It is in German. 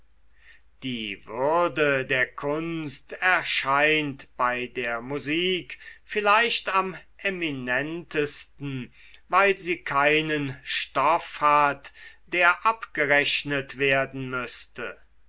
die würde der kunst erscheint bei der musik vielleicht am eminentesten weil sie keinen stoff hat der abgerechnet werden müßte